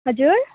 हजुर